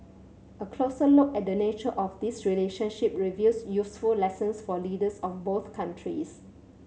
a closer look at the nature of this relationship reveals useful lessons for leaders of both countries